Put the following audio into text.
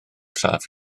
saff